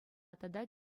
тата